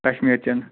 کشمیٖرچیٚن